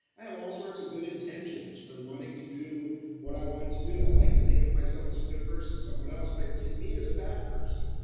i have all sorts of good intentions for wanting to do what i want to do. i like to think of myself as a good person, someone else might see me as a bad person.